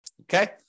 Okay